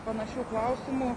panašių klausimų